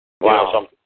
Wow